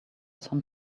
some